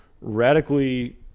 radically